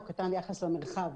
הוא קטן ביחס למרחב.